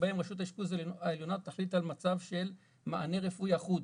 שבהם רשות האשפוז העליונה תחליט על מצב של מענה רפואי אחוד,